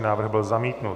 Návrh byl zamítnut.